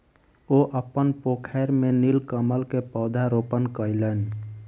ओ अपन पोखैर में नीलकमल के पौधा रोपण कयलैन